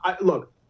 look